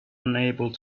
unable